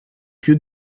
più